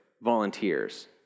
volunteers